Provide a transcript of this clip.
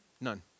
None